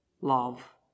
love